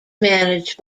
managed